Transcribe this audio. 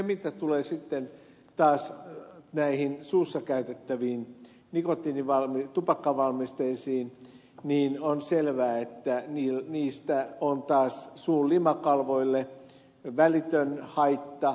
mitä tulee sitten taas näihin suussa käytettäviin tupakkavalmisteisiin niin on selvää että niistä on taas suun limakalvoille välitön haitta